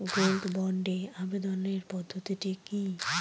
Gold বন্ডে আবেদনের পদ্ধতিটি কি?